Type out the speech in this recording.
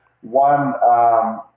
one